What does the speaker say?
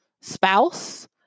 spouse